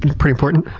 pretty important.